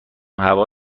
هوا